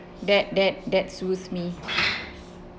that that that suits me